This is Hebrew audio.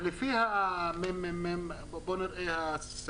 לפי דברי מרכז המחקר והמידע של הכנסת,